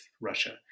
Russia